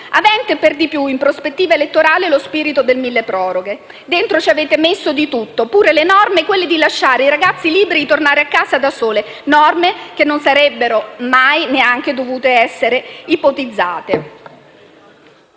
avente per di più, in prospettiva elettorale, lo spirito del milleproroghe. Dentro ci avete messo di tutto, pure le norme che consentono di lasciare i ragazzi liberi di tornare a casa da soli, norme che non sarebbero mai neanche dovute essere ipotizzate.